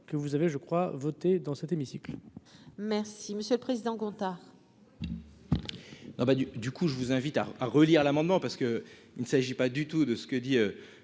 que vous avez, je crois, voté dans cet hémicycle. Merci monsieur le président Gontard. Ben du, du coup, je vous invite à relire l'amendement parce que il ne s'agit pas du tout de ce que dit